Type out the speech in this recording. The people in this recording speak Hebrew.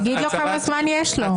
תגיד לו כמה זמן יש לו.